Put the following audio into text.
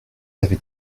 avez